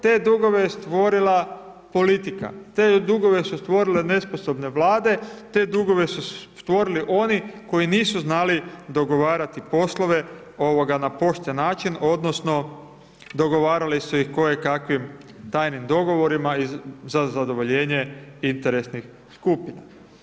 Te dugove je stvorila politika, te dugove su stvorile nesposobne Vlade, te dugove su stvorili oni koji nisu znali dogovarati poslove ovoga na poštena način odnosno dogovarali su ih kojekakvim tajnim dogovorima i za zadovoljenje interesnih skupina.